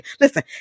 Listen